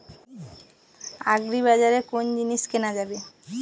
আগ্রিবাজারে কোন জিনিস কেনা যাবে?